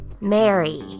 Mary